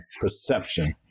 perception